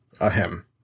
Ahem